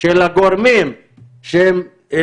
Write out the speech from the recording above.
לא הרבה.